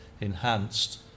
enhanced